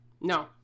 No